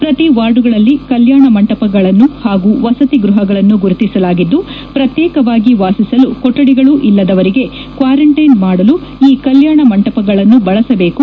ಪ್ರತಿ ವಾರ್ಡುಗಳಲ್ಲಿ ಕಲ್ಯಾಣ ಮಂಟಪಗಳನ್ನು ಹಾಗು ವಸತಿ ಗೃಹಗಳನ್ನು ಗುರುತಿಸಲಾಗಿದ್ದು ಪ್ರತ್ಯೇಕವಾಗಿ ವಾಸಿಸಲು ಕೊಠಡಿಗಳು ಇಲ್ಲದವರಿಗೆ ಕ್ವಾರಂಟೈನ್ ಮಾಡಲು ಈ ಕಲ್ಯಾಣ ಮಂಟಪಗಳನ್ನು ಬಳಸಬೇಕು